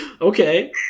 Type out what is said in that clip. Okay